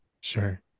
Sure